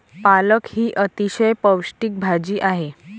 पालक ही अतिशय पौष्टिक भाजी आहे